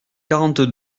quarante